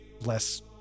less